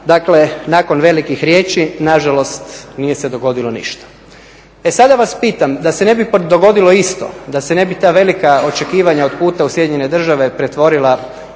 Dakle, nakon velikih riječi nažalost nije se dogodilo ništa. E sada vas pitam, da se ne bi dogodilo isto, da se ne bi ta velika očekivanja od puta u SAD pretvorila